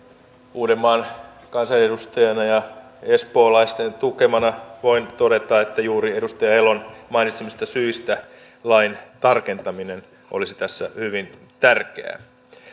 uudenmaan kansanedustajana ja espoolaisten tukemana voin todeta että juuri edustaja elon mainitsemista syistä lain tarkentaminen olisi tässä hyvin tärkeää